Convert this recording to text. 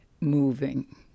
moving